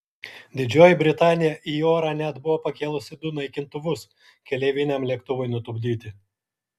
didžioji britanija į orą net buvo pakėlusi du naikintuvus keleiviniam lėktuvui nutupdyti